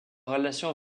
relation